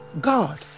God